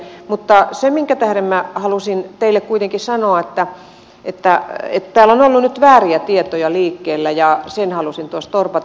mutta sen tähden minä halusin teille kuitenkin sanoa että täällä on ollut nyt vääriä tietoja liikkeellä ja sen halusin tuossa torpata